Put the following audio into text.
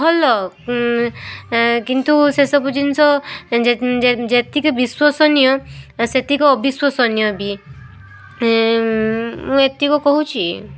ଭଲ କିନ୍ତୁ ସେସବୁ ଜିନିଷ ଯେତିକି ବିଶ୍ୱସନୀୟ ସେତିକି ଅବିଶ୍ଵସନୀୟ ବି ମୁଁ ଏତିକି କହୁଛି